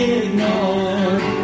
ignored